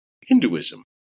Hinduism